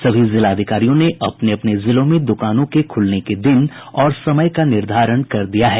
सभी जिलाधिकारियों ने अपने अपने जिलों में दुकानों के खुलने के दिन और समय का निर्धारण कर दिया है